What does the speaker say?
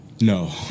No